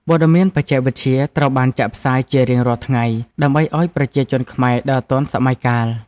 ព័ត៌មានបច្ចេកវិទ្យាត្រូវបានចាក់ផ្សាយជារៀងរាល់ថ្ងៃ ដើម្បីឱ្យប្រជាជនខ្មែរដើរទាន់សម័យកាល។